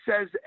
says